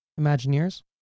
Imagineers